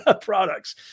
products